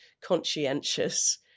conscientious